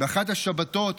באחת השבתות,